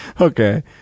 okay